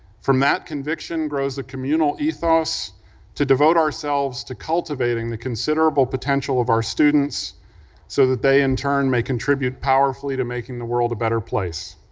from that conviction grows a communal ethos to devote ourselves to cultivating the considerable potential of our students so that they in turn may contribute powerfully to making the world a better place.